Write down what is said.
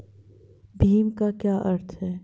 भीम का क्या अर्थ है?